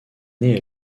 née